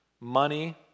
Money